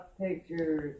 pictures